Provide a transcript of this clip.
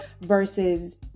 versus